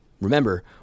Remember